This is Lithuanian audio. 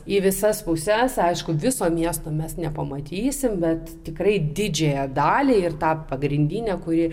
į visas puses aišku viso miesto mes nepamatysim bet tikrai didžiąją dalį ir tą pagrindinę kuri